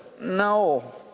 no